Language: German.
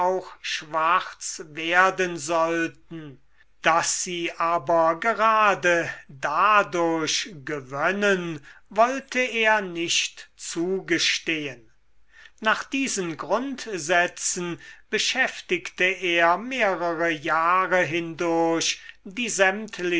schwarz werden sollten daß sie aber gerade dadurch gewonnen wollte er nicht zugestehen nach diesen grundsätzen beschäftigte er mehrere jahre hindurch